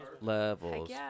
levels